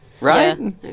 Right